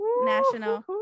national